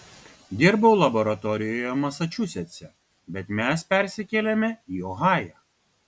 dirbau laboratorijoje masačusetse bet mes persikėlėme į ohają